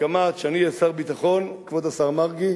כשאני אהיה שר הביטחון, כבוד השר מרגי,